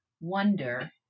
wonder